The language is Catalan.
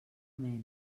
mena